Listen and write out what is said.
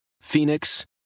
Phoenix